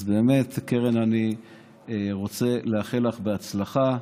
אז באמת, קרן, אני רוצה לאחל לך בהצלחה,